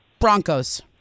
Broncos